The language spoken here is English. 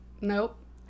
nope